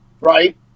right